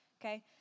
okay